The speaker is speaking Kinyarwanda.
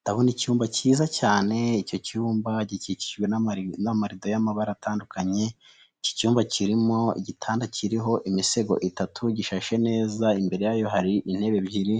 Ndabona icyumba cyiza cyane, icyo cyumba gikikijwe n'amarido y'amabara atandukanye, iki cyumba kirimo igitanda kiriho imisego itatu, gishashe neza. Imbere yayo hari intebe ebyiri